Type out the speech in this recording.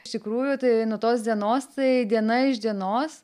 iš tikrųjų tai nuo tos dienos tai diena iš dienos